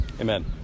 Amen